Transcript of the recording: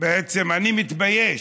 בעצם אני מתבייש,